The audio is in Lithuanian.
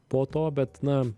po to bet na